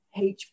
HP